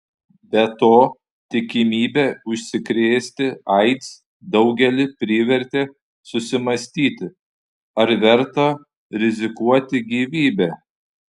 be to tikimybė užsikrėsti aids daugelį privertė susimąstyti ar verta rizikuoti gyvybe